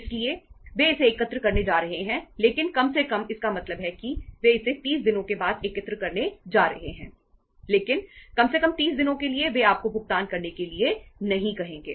इसलिए वे इसे एकत्र करने जा रहे हैं लेकिन कम से कम इसका मतलब है कि वे इसे 30 दिनों के बाद एकत्र करने जा रहे हैं लेकिन कम से कम 30 दिनों के लिए वे आपको भुगतान करने के लिए नहीं कहेंगे